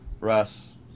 Russ